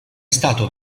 stato